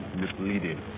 misleading